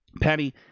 Patty